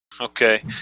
Okay